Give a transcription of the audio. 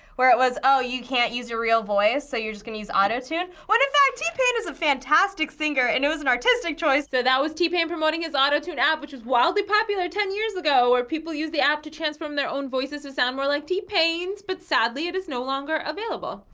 where it was, oh, you can't use your real voice, so you're just gonna use autotune, when, in fact, t-pain is a fantastic singer and it was an artistic choice. so, that was t-pain promoting his autotune app, which was wildly popular ten years ago, where people used the app to transform their own voices to sound more like t-pain's. but sadly, it is no longer available.